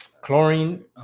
chlorine